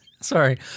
Sorry